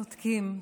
שותקים,